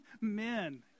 men